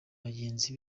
bagenzi